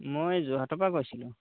মই যোৰহাটৰ পৰা কৈছিলোঁ